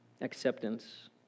acceptance